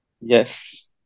Yes